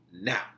now